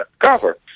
cover